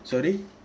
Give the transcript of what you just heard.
sorry